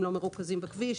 הם לא מרוכזים בכביש,